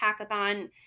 hackathon